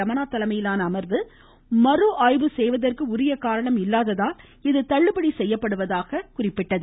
ரமணா தலைமையிலான அமர்வு மறுஆய்வு செய்வதற்கு உரிய காரணம் இல்லாததால் இது தள்ளுபடி செய்யப்படுவதாக குறிப்பிட்டார்